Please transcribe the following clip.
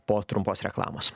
po trumpos reklamos